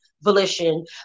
volition